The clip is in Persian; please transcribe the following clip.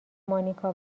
مانیکا